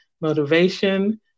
motivation